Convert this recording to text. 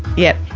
yep,